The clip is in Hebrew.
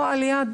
פה על ידנו,